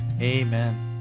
Amen